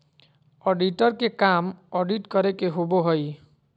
auditor के काम audit करे के होबो हइ